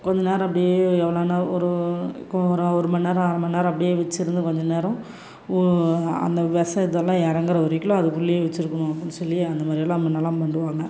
கொஞ்ச நேரம் அப்படியே எவ்வளோனா ஒரு கு ஒரு ஒரு மணி நேரம் அரை மணி நேரம் அப்படியே வச்சிருந்து கொஞ்சம் நேரம் அந்த விச இதெல்லாம் இறங்குற வரைக்குலும் அதுக்குள்ளயே வச்சிருக்கணும் அப்புடின்னு சொல்லி அந்த மாதிரியெல்லாம் முன்னலாம் பண்ணுவாங்க